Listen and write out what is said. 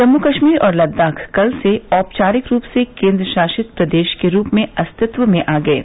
जम्मू कश्मीर और लद्दाख कल से औपचारिक रूप से केन्द्रशासित प्रदेश के रूप में अस्तित्व में आ गये